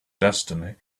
destiny